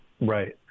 Right